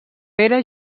pere